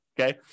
okay